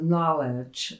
Knowledge